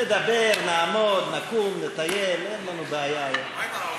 נדבר, נעמוד, נקום, נטייל, אין לנו בעיה היום.